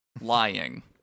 lying